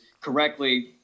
correctly